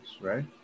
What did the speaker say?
right